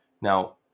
Now